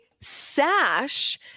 sash